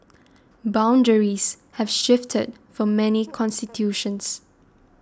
boundaries have shifted for many constituencies